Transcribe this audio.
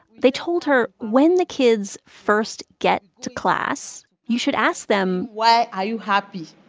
they told her when the kids first get to class you should ask them. why are you happy?